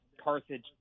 Carthage